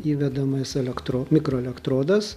įvedamas elektro mikroelektrodas